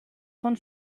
von